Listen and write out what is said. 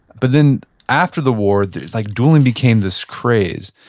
but then after the war, it's like dueling became this craze.